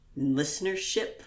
listenership